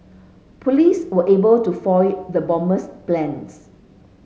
police were able to foil the bomber's plans